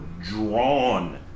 drawn